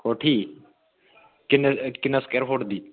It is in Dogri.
कोठी किन्ने स्कवेयर फुट दी